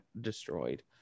destroyed